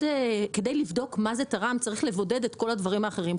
כדי לבדוק מה זה תרם צריך לבודד את כל הדברים האחרים.